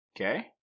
Okay